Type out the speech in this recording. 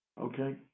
Okay